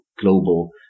global